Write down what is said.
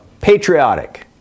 patriotic